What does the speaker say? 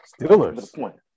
Steelers